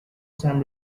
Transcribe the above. some